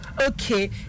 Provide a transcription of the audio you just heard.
okay